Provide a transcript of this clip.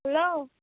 hello